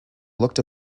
looked